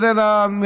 איננה,